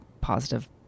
positive